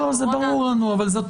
זה ברור לנו, אבל אנו